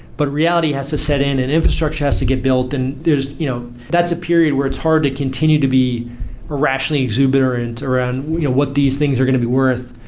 but reality has to set in and infrastructure has to get built and there's you know that's a period where it's hard to continue to be irrationally exuberant around what these things are going to be worth.